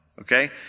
Okay